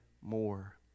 more